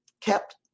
kept